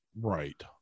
Right